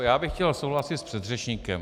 Já bych chtěl souhlasit s předřečníkem.